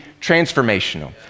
transformational